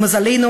למזלנו,